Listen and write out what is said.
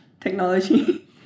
technology